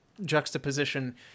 juxtaposition